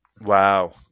Wow